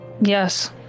Yes